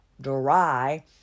dry